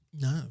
No